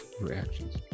reactions